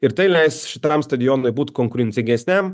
ir tai leis šitam stadionui būt konkurencingesniam